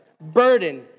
burden